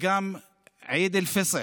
עיד אל-פסח,